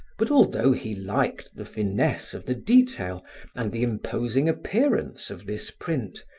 but although he liked the finesse of the detail and the imposing appearance of this print,